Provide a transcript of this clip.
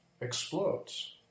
explodes